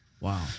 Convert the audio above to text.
Wow